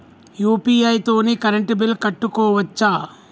UPI తోని current bill కట్టుకోవచ్ఛా?